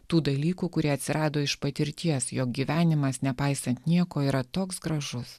tų dalykų kurie atsirado iš patirties jog gyvenimas nepaisant nieko yra toks gražus